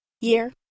year